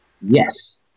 Yes